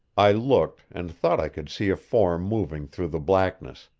i looked, and thought i could see a form moving through the blackness.